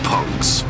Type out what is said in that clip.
Punks